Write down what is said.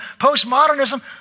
postmodernism